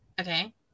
Okay